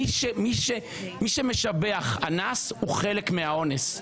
מי שמשבח אנס הוא חלק מהאונס.